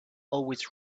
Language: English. always